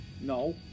No